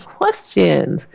questions